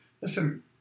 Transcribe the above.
listen